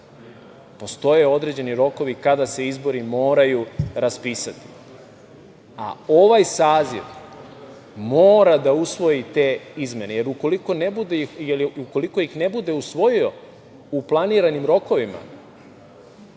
postoje određeni rokovi kada se izbori moraju raspisati. Ovaj saziv mora da usvoji te izmene, jer ukoliko ih ne bude usvojio u planiranim rokovima,